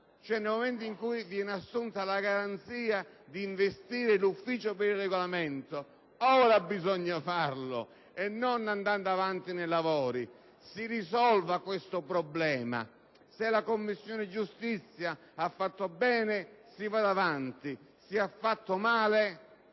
Nel momento in cui viene data la garanzia di investire la Giunta per il Regolamento, ora bisogna farlo e non andando avanti nei lavori! Si risolva questo problema. Se la Commissione giustizia ha operato bene, si vada avanti. Se ha operato male, dovrà